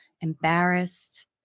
embarrassed